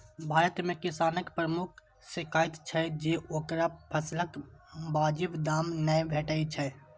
भारत मे किसानक प्रमुख शिकाइत छै जे ओकरा फसलक वाजिब दाम नै भेटै छै